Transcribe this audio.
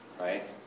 right